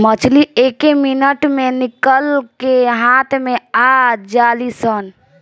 मछली एके मिनट मे निकल के हाथ मे आ जालीसन